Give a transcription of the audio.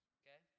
okay